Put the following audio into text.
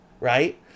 right